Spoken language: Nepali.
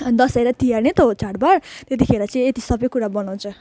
दसैँ र तिहार नै त हो चाडबाड त्यतिखेर चाहिँ यति सबै कुरा बनाउँछ